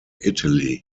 italy